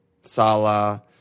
Salah